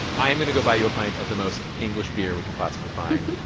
i am going to go buy you a pint of the most english beer we can possibly find.